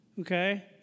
okay